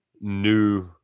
new